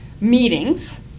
meetings